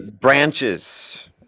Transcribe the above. branches